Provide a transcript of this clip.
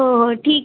हो हो ठीक आहे